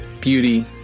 beauty